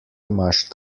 imaš